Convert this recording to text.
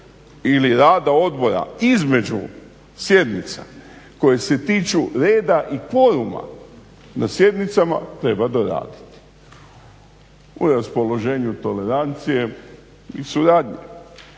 ili rada odbora između sjednica koje se tiču reda i kvoruma na sjednicama treba doraditi u raspoloženju tolerancije i suradnje